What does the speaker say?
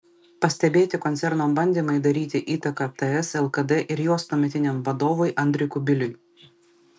pastebėti koncerno bandymai daryti įtaką ts lkd ir jos tuometiniam vadovui andriui kubiliui